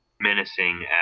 menacing